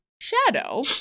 shadow